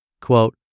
Quote